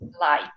light